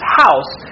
house